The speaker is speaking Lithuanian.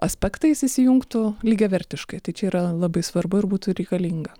aspektais įsijungtų lygiavertiškai tai čia yra labai svarbu ir būtų reikalinga